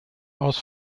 aus